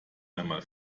einmal